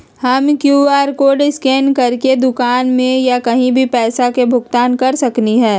हम QR code scan करके दुकान में या कहीं भी पैसा के भुगतान कर सकली ह?